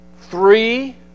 Three